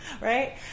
right